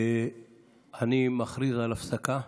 אני מכריז על הפסקה.